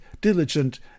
diligent